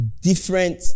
different